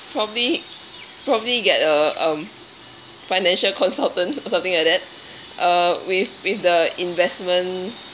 probably probably get a um financial consultant or something like that uh with with the investment